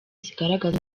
zigaragaza